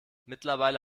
mittlerweile